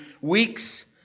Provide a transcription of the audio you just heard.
weeks